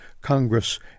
Congress